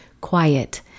Quiet